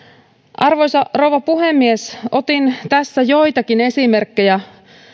arvoisa rouva puhemies otin tässä joitakin esimerkkejä